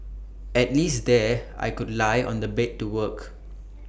at least there I could lie on the bed to work